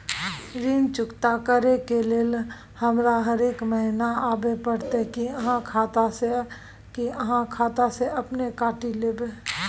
ऋण चुकता करै के लेल हमरा हरेक महीने आबै परतै कि आहाँ खाता स अपने काटि लेबै?